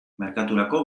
merkaturako